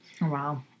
Wow